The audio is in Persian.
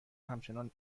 همچنان